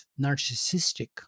narcissistic